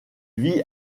vit